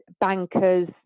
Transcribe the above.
bankers